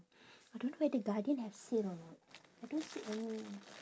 I don't know whether Guardian have sale or not I don't see any